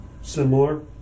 similar